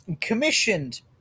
commissioned